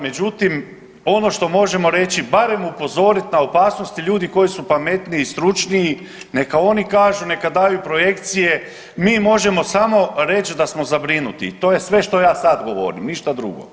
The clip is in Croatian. Međutim, ono što možemo reći barem upozoriti na opasnosti ljudi koji su pametniji, stručniji, neka oni kažu, neka daju projekcije, mi možemo samo reći da smo zabrinuti i to je sve što ja sad govorim, ništa drugo.